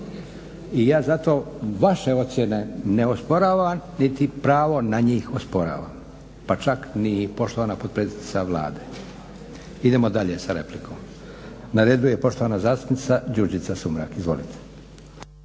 i ja zato vaše ocijene ne osporavam niti pravo na njih ne osporavam, pa čak niti poštovana potpredsjednica Vlade. Idemo dalje sa replikom. Na redu je poštovana zastupnica Đurđica Sumrak. Izvolite.